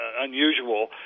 unusual